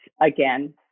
Again